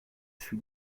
fut